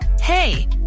Hey